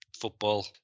football